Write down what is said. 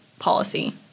Policy